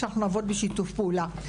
אנחנו נעבוד בשיתוף פעולה.